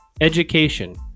education